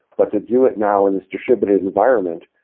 but to do it now in this distributed environment,